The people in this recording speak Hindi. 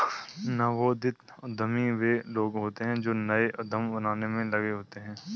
नवोदित उद्यमी वे लोग होते हैं जो नए उद्यम बनाने में लगे होते हैं